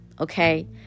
Okay